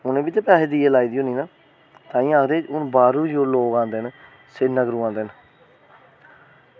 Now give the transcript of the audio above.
उनें बी ते पैसे देइयै लाई दी होनी ऐ ऐंही आक्खदे हून बाहर बी लोग आंदे न सिरीनगर आंदे न